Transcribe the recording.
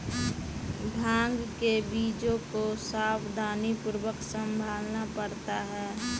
भांग के बीजों को सावधानीपूर्वक संभालना पड़ता है